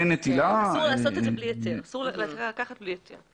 אסור לעשות את זה בלי היתר, אסור לקחת בלי היתר.